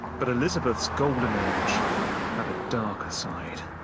but elizabeth's golden age had a darker side.